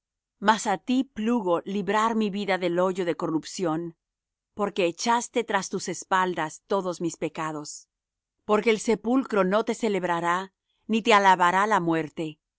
mas á ti plugo librar mi vida del hoyo de corrupción porque echaste tras tus espaldas todos mis pecados porque el sepulcro no te celebrará ni te alabará la muerte ni